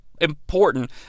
important